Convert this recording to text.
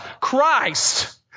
Christ